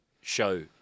show